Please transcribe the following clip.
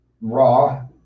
raw